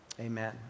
Amen